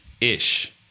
ish